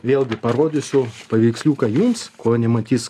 vėlgi parodysiu paveiksliuką jums ko nematys